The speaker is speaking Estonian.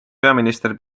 peaminister